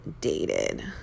dated